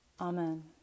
Amen